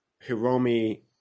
Hiromi